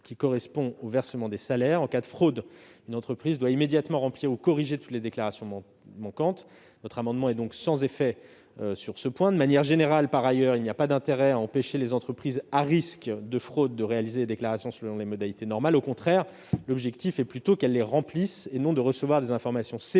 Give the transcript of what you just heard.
correspondant au versement des salaires. En cas de fraude, les entreprises doivent immédiatement remplir ou corriger toutes les déclarations manquantes. L'amendement est donc sans effet sur ce point. De manière générale, nous n'avons pas intérêt à empêcher les entreprises à risque de fraude de réaliser des déclarations selon les modalités habituelles. L'objectif est plutôt qu'elles les remplissent, pas que chaque organisme reçoive des informations séparées